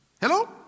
hello